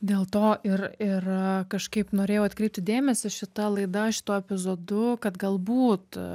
dėl to ir yra kažkaip norėjau atkreipti dėmesį šita laida šituo epizodu kad galbūt